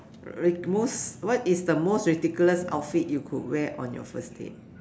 ri~ most what is the most ridiculous outfit you could wear on your first date